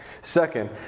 Second